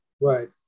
right